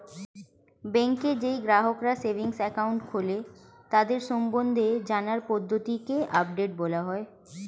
ব্যাংকে যেই গ্রাহকরা সেভিংস একাউন্ট খোলে তাদের সম্বন্ধে জানার পদ্ধতিকে আপডেট বলা হয়